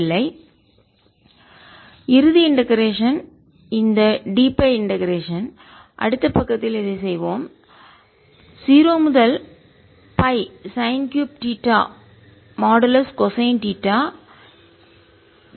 0Rdr r5R66 02πϕdϕ1202π1 cos2ϕdϕπ இறுதி integration ஒருங்கிணைப்பு இந்த dθ இண்டெகரேஷன் அடுத்த பக்கத்தில் இதை செய்வோம் 0 முதல் பை வரை sine 3 theta modulus cosine theta dθ